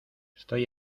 estoy